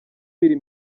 biri